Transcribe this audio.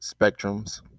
spectrums